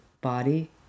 body